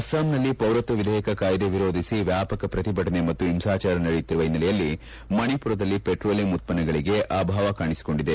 ಅಸ್ನಾಂನಲ್ಲಿ ಪೌರತ್ತ ವಿಧೇಯಕ ಕಾಯ್ಲೆ ವಿರೋಧಿಸಿ ವ್ಲಾಪಕ ಪ್ರತಿಭಟನೆ ಮತ್ತು ಹಿಂಸಾಚಾರ ನಡೆಯುತ್ತಿರುವ ಹಿನ್ನೆಲೆಯಲ್ಲಿ ಮಣಿಮರದಲ್ಲಿ ವೆಟ್ರೋಲಿಯಂ ಉತ್ಪನ್ನಗಳಿಗೆ ಅಭಾವ ಕಾಣಿಸಿಕೊಂಡಿದೆ